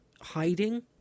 hiding